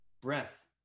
breath